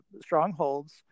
strongholds